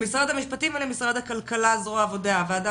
למשרד המשפטים ולמשרד הכלכלה הוועדה